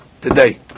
today